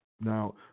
Now